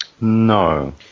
No